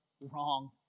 wrong